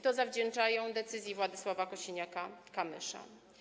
To zawdzięczają decyzji Władysława Kosiniaka-Kamysza.